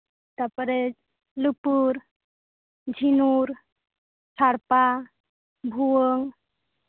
ᱛᱟᱨᱯᱚᱨᱮ ᱞᱤᱯᱩᱨ ᱡᱷᱩᱢᱩᱨ ᱥᱟᱲᱯᱟ ᱵᱷᱩᱭᱟᱹᱝ